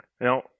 Now